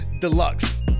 deluxe